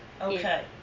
Okay